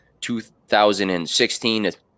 2016